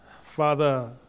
father